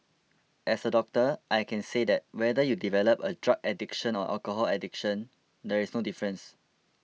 as a doctor I can say that whether you develop a drug addiction or alcohol addiction there is no difference